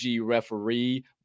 referee